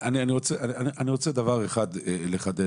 אני רוצה דבר אחד לחדד,